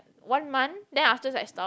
one month then after like stopped